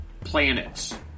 planets